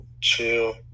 chill